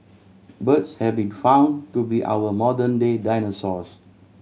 birds have been found to be our modern day dinosaurs